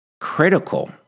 critical